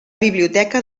biblioteca